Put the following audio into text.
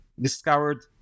discovered